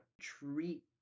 treat